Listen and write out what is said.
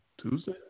Tuesday